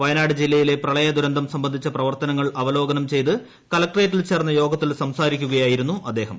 വയനാട് ജില്ലയിലെ പ്രളയ ദുരന്തം സംബന്ധിച്ച പ്രവർത്തനങ്ങൾ അവലോകനം ചെയ്ത് കളക്ട്രേറ്റിൽ ചേർന്ന യോഗത്തിൽ സംസാരിക്കുകയായിരുന്നു അദ്ദേഹം